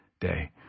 day